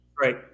Right